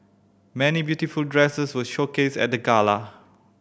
many beautiful dresses were showcased at the gala